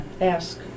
Ask